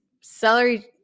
celery